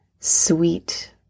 Sweet